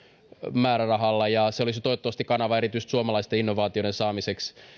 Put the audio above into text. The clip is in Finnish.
määrärahalla ja se olisi toivottavasti kanava erityisesti suomalaisten innovaatioiden saamiseksi